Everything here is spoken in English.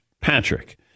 Patrick